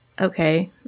okay